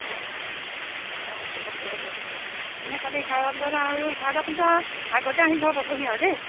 অঁ অঁ ঠিক আছে হ'ব দিয়ক তেন্তে কাইলৈ এঘাৰ বজাত আৰু এঘাৰটা বজাৰ আগতে আহি ঘৰ পাবহি আৰু দেই